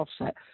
offset